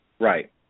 Right